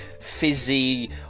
fizzy